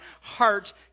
heart